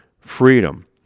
freedom